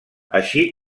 així